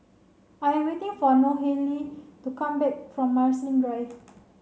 I'm waiting for Nohely to come back from Marsiling Drive